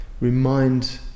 remind